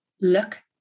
look